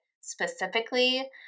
specifically